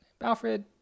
alfred